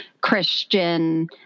Christian